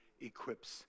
equips